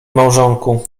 małżonku